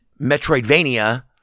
Metroidvania